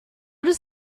does